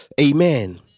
Amen